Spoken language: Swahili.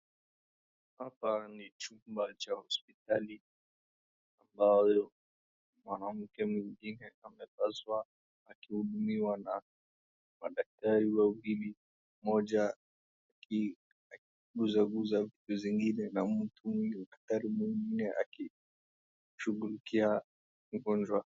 Hapa ni chumba cha hospitali ambayo mwanamke mwingine amepaswa akihudumiwa na madaktari wawili mmoja akiguzaguza vitu zingine na daktari mwingine akishughulikia mgonjwa.